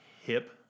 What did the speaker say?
hip